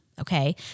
Okay